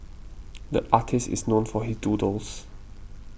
the artist is known for his doodles